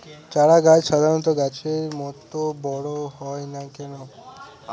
চারা গাছ সাধারণ গাছের মত বড় হয় না কেনো?